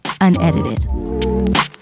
unedited